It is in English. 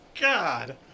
God